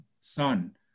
son